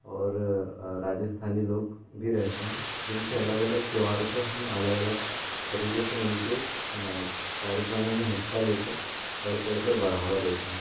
और राजस्थानी लोग भी रहते हैं जिनके अलग अलग त्यौहारों पर हम अलग अलग तरीके से उनके कार्यक्रमों में हिस्सा लेकर बढ़ चढ़कर बढ़ावा देते हैं